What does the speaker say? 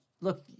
Look